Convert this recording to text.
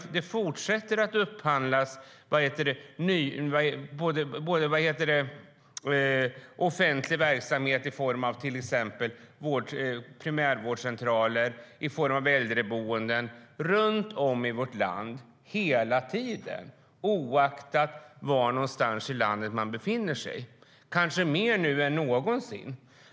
Det fortsätter att upphandlas offentlig verksamhet i form av till exempel primärvårdscentraler eller äldreboenden runt om i vårt land hela tiden, oavsett var i landet man befinner sig - kanske mer nu än någonsin.